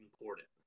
important